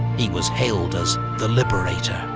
he was hailed as the liberator.